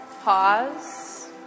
Pause